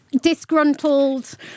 disgruntled